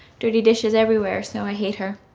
dirty dishes everywhere, so i hate her.